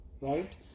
right